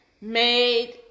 made